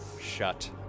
shut